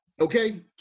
okay